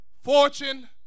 fortune